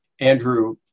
Andrew